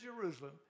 Jerusalem